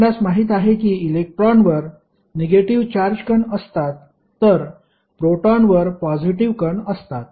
आपणास माहित आहे की इलेक्ट्रॉनवर निगेटिव्ह चार्ज कण असतात तर प्रोटॉनवर पॉजिटीव्ह कण असतात